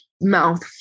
mouth